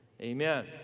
Amen